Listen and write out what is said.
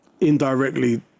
indirectly